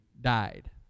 died